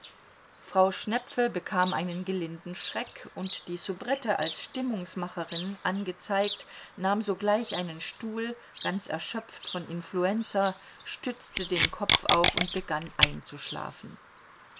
frau schnepfe bekam einen gelinden schreck und die soubrette als stimmungsmacherin angezeigt nahm sogleich einen stuhl ganz erschöpft von influenza stützte den kopf auf und begann einzuschlafen